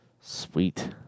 Sweet